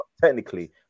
technically